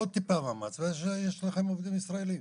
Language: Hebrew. עוד טיפה מאמץ ויש לכם עובדים ישראלים.